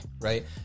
right